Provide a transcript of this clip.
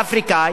התוצאה,